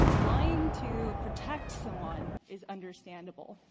lying to protect someone is understandable.